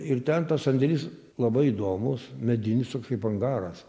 ir ten tas sandėlys labai įdomus medinis toks kaip angaras